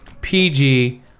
PG